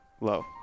Low